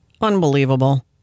Unbelievable